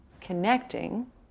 connecting